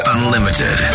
Unlimited